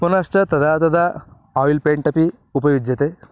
पुनश्च तदा तदा आयिल् पेण्ट् अपि उपयुज्यते